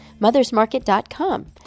mothersmarket.com